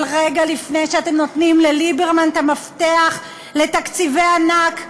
אבל רגע לפני שאתם נותנים לליברמן את המפתח לתקציבי ענק,